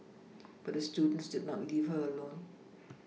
but her students did not leave her alone